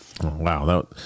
Wow